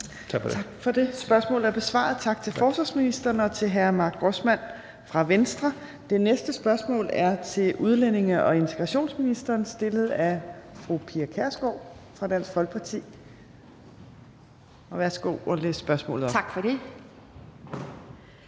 Tak for det. Spørgsmålet er besvaret. Tak til forsvarsministeren og til hr. Mark Grossmann fra Venstre. Det næste spørgsmål er til udlændinge- og integrationsministeren stillet af fru Pia Kjærsgaard fra Dansk Folkeparti. Kl. 15:42 Spm. nr. S 172 7)